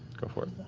go for it.